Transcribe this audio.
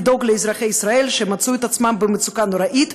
היא לדאוג לאזרחי ישראל שמצאו את עצמם במצוקה נוראית,